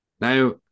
Now